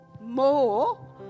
more